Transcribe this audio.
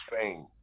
fame